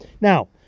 Now